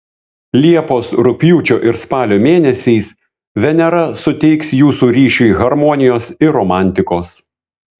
liepos rugpjūčio ir spalio mėnesiais venera suteiks jūsų ryšiui harmonijos ir romantikos